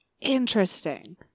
Interesting